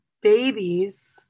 babies